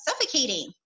suffocating